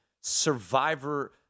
survivor